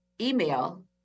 email